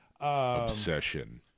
obsession